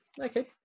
Okay